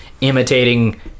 imitating